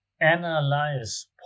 analyze